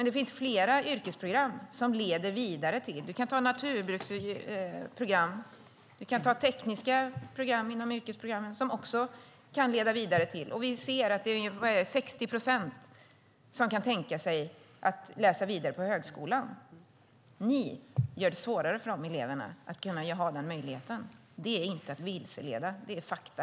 Det finns flera yrkesprogram som leder vidare. Jag kan nämna naturbruksprogram och tekniska program inom yrkesprogrammen som kan leda vidare. Vi ser att ungefär 60 procent kan tänka sig att läsa vidare på högskolan. Ni gör det svårare för de eleverna att få den möjligheten. Det är inte att vilseleda, det är fakta.